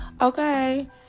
okay